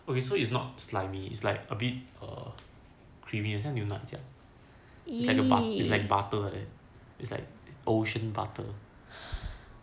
okay so it's not slimy it's like a bit err creamy 很像牛奶这样 it's like butter it it's like ocean butter